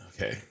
Okay